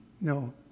No